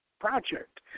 project